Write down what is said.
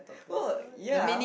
well ya